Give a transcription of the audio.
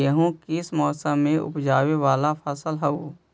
गेहूं किस मौसम में ऊपजावे वाला फसल हउ?